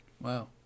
Wow